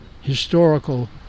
historical